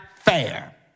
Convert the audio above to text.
fair